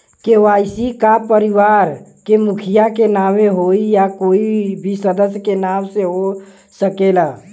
KCC का परिवार के मुखिया के नावे होई या कोई भी सदस्य के नाव से हो सकेला?